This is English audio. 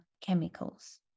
chemicals